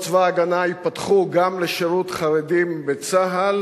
צבא-ההגנה ייפתחו גם לשירות חרדים בצה"ל,